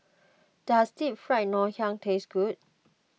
does Deep Fried Ngoh Hiang taste good